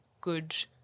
good